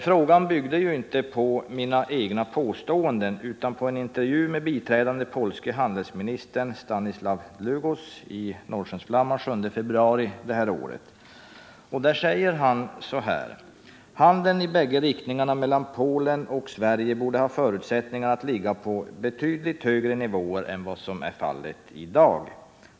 Frågan byggde ju inte på mina egna påståenden utan på en intervju med den biträdande polske handelsministern Stanislav Dlugosz i Norrskensflamman den 7 februari i år. Vid detta tillfälle uttalade han sig på följande sätt: ”Handeln i bägge riktningarna mellan Polen och Sverige borde ha förutsättningar att ligga på betydligt högre nivåer än vad som är fallet idag.